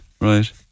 right